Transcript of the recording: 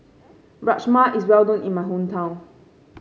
rajma is well known in my hometown